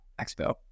Expo